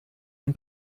ein